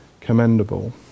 commendable